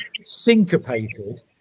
syncopated